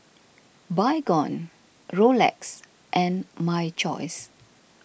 Baygon Rolex and My Choice